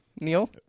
Neil